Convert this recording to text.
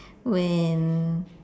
when